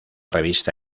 revista